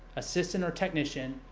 assistant, or technician,